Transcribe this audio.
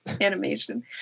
animation